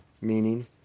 meaning